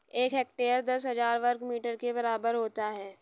एक हेक्टेयर दस हजार वर्ग मीटर के बराबर होता है